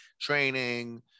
training